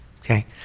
Okay